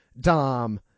Dom